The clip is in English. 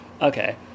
okay